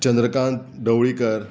Chandrakant Dhavalikar